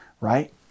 right